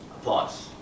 applause